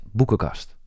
boekenkast